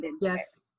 yes